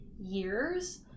years